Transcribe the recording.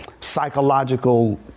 psychological